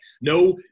No